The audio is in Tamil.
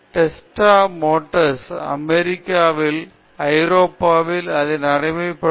டெஸ்லா மோட்டார்ஸ் அமெரிக்காவில் ஐரோப்பாவில் அதை நடைமுறை படுத்தியுள்ளனர்